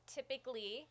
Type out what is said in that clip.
Typically